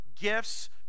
gifts